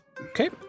Okay